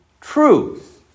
truth